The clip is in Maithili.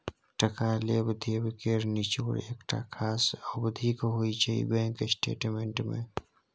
टका लेब देब केर निचोड़ एकटा खास अबधीक होइ छै बैंक स्टेटमेंट मे